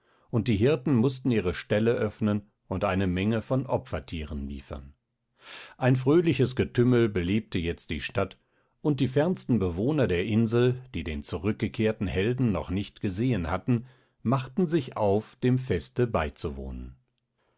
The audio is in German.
und die hirten mußten ihre ställe öffnen und eine menge von opfertieren liefern ein fröhliches getümmel belebte jetzt die stadt und die fernsten bewohner der insel die den zurückgekehrten helden noch nicht gesehen hatten machten sich auf dem feste beizuwohnen